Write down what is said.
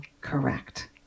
correct